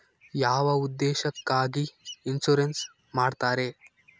ಯಾವ ಉದ್ದೇಶಕ್ಕಾಗಿ ಇನ್ಸುರೆನ್ಸ್ ಮಾಡ್ತಾರೆ?